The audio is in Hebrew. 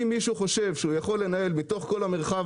אם מישהו חושב שהוא יכול לנהל בתוך כל המרחב